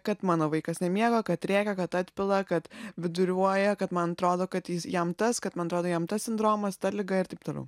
kad mano vaikas nemiega kad rėkia kad atpila kad viduriuoja kad man atrodo kad jis jam tas kad man atrodo jam tas sindromas ta liga ir taip toliau